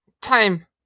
time